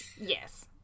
Yes